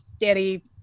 daddy